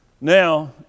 Now